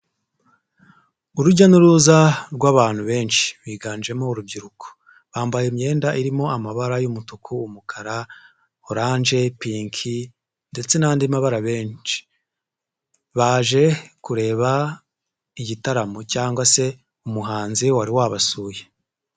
Urujya n'uruza rw'abantu benshi biganjemo urubyiruko, bambaye imyenda irimo amabara y'umutuku, umukara, oranje, pinki ndetse n'andi mabara menshi, baje kureba igitaramo cyangwa se umuhanzi wari wabasuye.